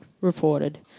reported